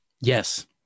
Yes